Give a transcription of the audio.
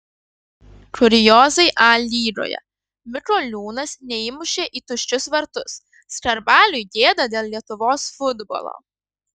kuriozai a lygoje mikoliūnas neįmušė į tuščius vartus skarbaliui gėda dėl lietuvos futbolo